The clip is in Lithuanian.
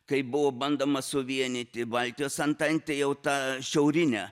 kaip buvo bandoma suvienyti baltijos antantę jau tą šiaurinę